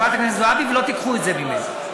ולא תיקחו את זה ממנה.